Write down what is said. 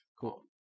Cool